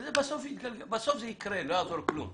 בסוף זה יקרה, לא יעזור כלום.